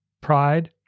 Pride